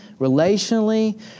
relationally